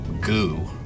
goo